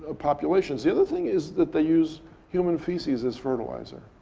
ah populations. the other thing is that they use human feces as fertilizer.